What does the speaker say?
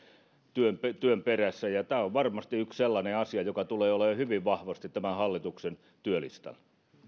työn työn perässä tämä on varmasti yksi sellainen asia joka tulee olemaan hyvin vahvasti tämän hallituksen